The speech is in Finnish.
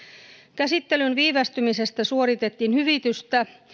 käsittelyn viivästymisestä suoritettiin hyvitystä